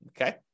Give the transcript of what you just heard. Okay